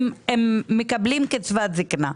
מקבלים קצבת זקנה.